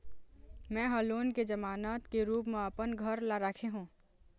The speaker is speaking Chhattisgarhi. में ह लोन के जमानत के रूप म अपन घर ला राखे हों